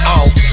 off